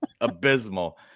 abysmal